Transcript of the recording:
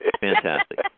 Fantastic